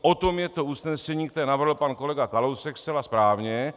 O tom je to usnesení, které navrhl pan kolega Kalousek zcela správně.